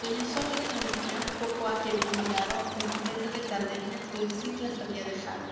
doña sol y doña elvira poco há que habían llegado de san pedro de cardeña do el cid las había dejado